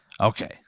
Okay